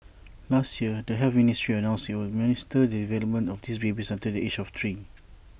last year the health ministry announced IT would minister the development of these babies until the age of three